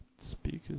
Speakers